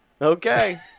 Okay